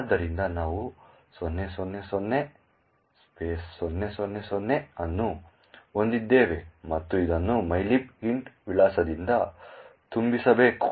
ಆದ್ದರಿಂದ ನಾವು 0000 0000 ಅನ್ನು ಹೊಂದಿದ್ದೇವೆ ಮತ್ತು ಇದನ್ನು mylib int ವಿಳಾಸದಿಂದ ತುಂಬಿಸಬೇಕು